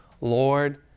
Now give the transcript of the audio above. Lord